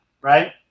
right